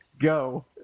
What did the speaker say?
Go